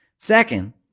Second